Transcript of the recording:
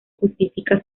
justifica